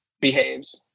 behaves